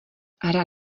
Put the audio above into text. hra